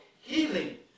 Healing